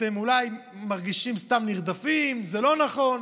אתם אולי מרגישים סתם נרדפים, זה לא נכון,